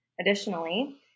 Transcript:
Additionally